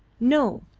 no,